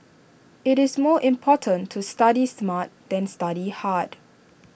IT is more important to study smart than study hard